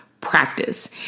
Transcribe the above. practice